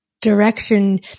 direction